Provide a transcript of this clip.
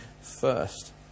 first